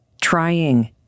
trying